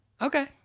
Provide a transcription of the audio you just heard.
Okay